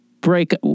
break